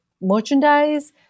merchandise